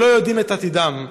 ולא יודעים את עתידם.